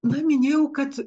na minėjau kad